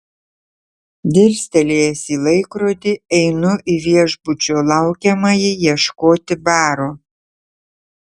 dirstelėjęs į laikrodį einu į viešbučio laukiamąjį ieškoti baro